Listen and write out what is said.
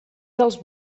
dels